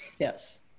Yes